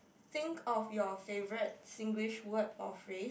think of your favourite Singlish word or phrase